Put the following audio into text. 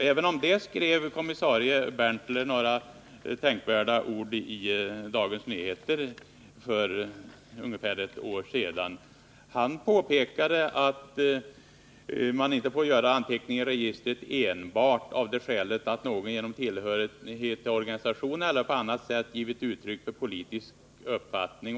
Även om det skrev kommissarie Berntler några tänkvärda ord i Dagens Nyheter för ungefär ett år sedan. Han påpekade att man inte får göra anteckningar i registret enbart av det skälet att någon genom tillhörighet till organisation eller på annat sätt givit uttryck för politisk uppfattning.